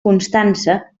constança